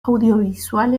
audiovisual